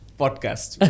podcast